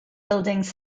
buildings